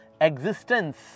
Existence